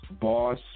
Boss